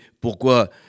pourquoi